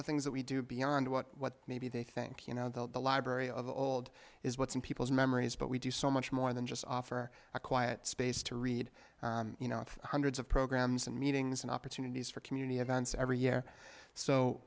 the things that we do beyond what maybe they think you know the library of old is what's in people's memories but we do so much more than just offer a quiet space to read you know hundreds of programs and meetings and opportunities for community events every year so